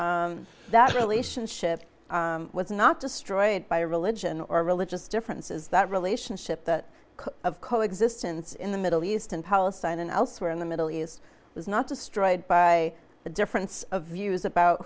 that relationship was not destroyed by religion or religious differences that relationship that of coexistence in the middle east in palestine and elsewhere in the middle east is not destroyed by the difference of views about